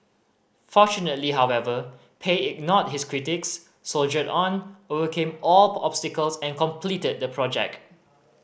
fortunately however Pei ignored his critics soldiered on overcame all obstacles and completed the project